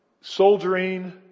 soldiering